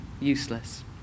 useless